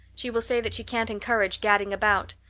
she will say that she can't encourage gadding about.